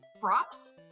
props